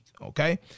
Okay